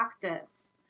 practice